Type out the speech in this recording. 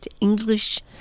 English